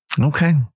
Okay